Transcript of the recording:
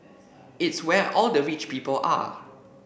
it's where all the rich people are